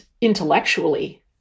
intellectually